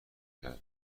کردن